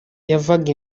yavaga